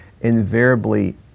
invariably